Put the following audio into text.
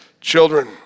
children